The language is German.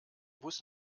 bus